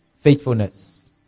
faithfulness